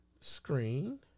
screen